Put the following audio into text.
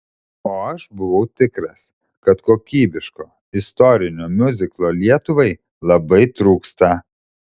o aš buvau tikras kad kokybiško istorinio miuziklo lietuvai labai trūksta